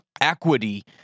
equity